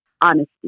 honesty